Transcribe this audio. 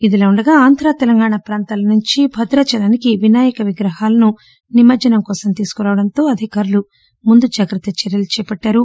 ఇదిలావుండగా ఆంధ్ర తెలంగాణ ప్రాంతాల నుంచి భద్రాచలం కు వినాయక విగ్రహాలను నిమజ్లనం కోసం తీసుకు రావడంతో అధికారులు ముందుజాగ్రత్త చర్యలు చేపట్లారు